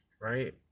right